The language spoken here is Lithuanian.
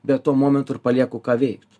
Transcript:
bet tuo momentu ir palieku ką veikt